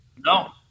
no